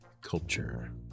culture